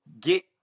get